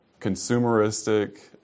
consumeristic